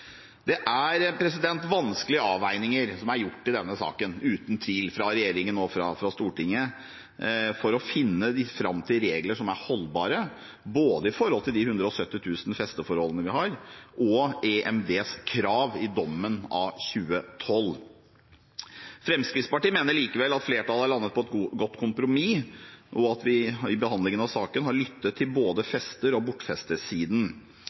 Det er uten tvil vanskelige avveininger som er gjort i denne saken fra regjeringen og fra Stortinget for å finne fram til regler som er holdbare, både i forhold til de 170 000 festeforholdene vi har, og til EMDs krav i dommen av 2012. Fremskrittspartiet mener likevel at flertallet har landet på et godt kompromiss, og at vi i behandlingen av saken har lyttet til både fester- og